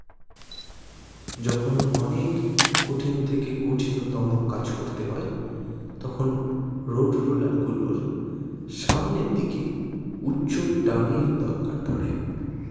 যখন অনেক কঠিন থেকে কঠিনতম কাজ করতে হয় তখন রোডরোলার গুলোর সামনের দিকে উচ্চটানের দরকার পড়ে